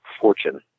fortune